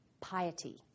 piety